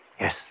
Yes